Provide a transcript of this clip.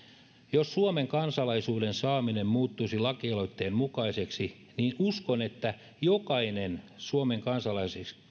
jos suomen kansalaisuuden saaminen muuttuisi lakialoitteen mukaiseksi niin uskon että jokainen suomen